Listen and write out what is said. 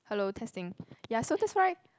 hello testing ya so that's why